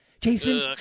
Jason